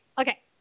Okay